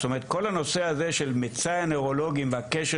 כל הנושא הזה של מצאי הנוירולוגים והקשר